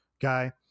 guy